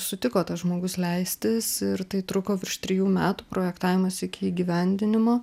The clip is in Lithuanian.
sutiko tas žmogus leistis ir tai truko virš trijų metų projektavimas iki įgyvendinimo